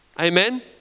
Amen